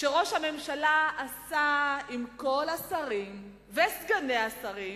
שראש הממשלה עשה עם כל השרים וסגני השרים,